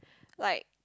like